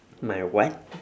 my what